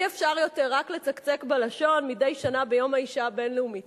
אי-אפשר יותר רק לצקצק בלשון מדי שנה ביום האשה הבין-לאומי.